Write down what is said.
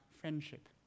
friendship